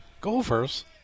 Gophers